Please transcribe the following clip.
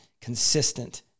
consistent